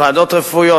ועדות רפואיות,